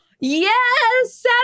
yes